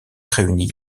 réunie